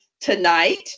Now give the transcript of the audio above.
tonight